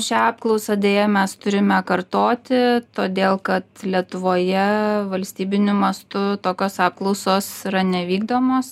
šią apklausą deja mes turime kartoti todėl kad lietuvoje valstybiniu mastu tokios apklausos yra nevykdomos